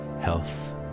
health